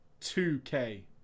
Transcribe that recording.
2k